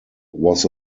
was